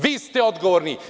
Vi ste odgovorni.